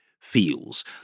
feels